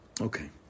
Okay